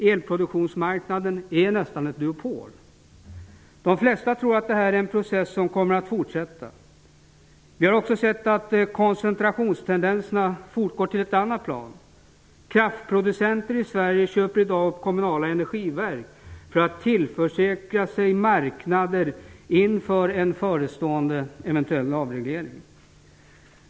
Elproduktionsmarknaden är nästan ett monopol. De flesta tror att detta är en utveckling som kommer att fortsätta. Vi har också sett att koncentrationstendenserna sprider sig till ett annat plan. Kraftproducenter i Sverige köper i dag upp kommunala energiverk för att tillförsäkra sig marknader inför en förestående eventuell avreglering.